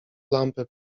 lampę